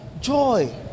Joy